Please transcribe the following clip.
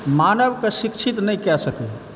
मानवकेँ शिक्षित नहि कए सकैया